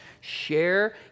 Share